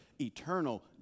eternal